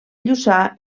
lluçà